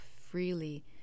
freely